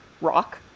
rock